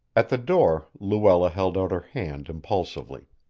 at the door luella held out her hand impulsively.